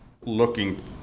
looking